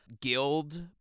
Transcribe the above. guild